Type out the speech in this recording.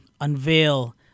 unveil